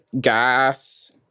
gas